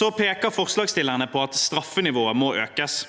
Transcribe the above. Så peker forslagsstillerne på at straffenivået må økes.